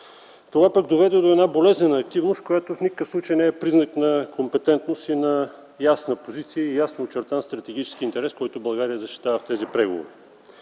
Това доведе до една болезнена активност, която в никакъв случай не е признак на компетентност, на ясна позиция и ясно очертан стратегически интерес, който България защитава в тези преговори.